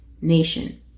nation